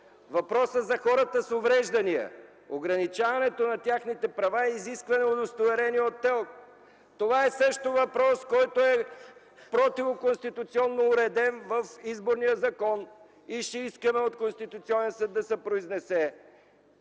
Въпросът за хората с увреждания, ограничаването на техните права и изискване на удостоверения от ТЕЛК. Това е също въпрос, който е противоконституционно уреден в Изборния закон и ще искаме от Конституционния съд да се произнесе.